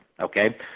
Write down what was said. okay